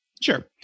Sure